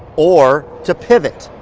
or to pivot.